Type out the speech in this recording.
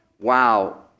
wow